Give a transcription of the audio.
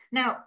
Now